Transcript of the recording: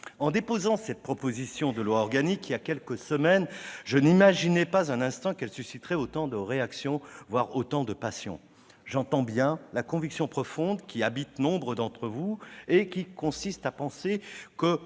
en déposant cette proposition de loi organique, il y a quelques semaines, je n'imaginais pas un instant qu'elle susciterait autant de réactions, voire autant de passions. J'entends bien la conviction profonde qui habite nombre d'entre vous et qui consiste à penser que,